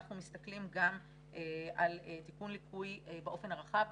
אנחנו מסתכלים גם על תיקון ליקוי באופן הרחב.